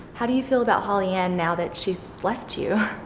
how do you feel about holly-ann now that she's left you?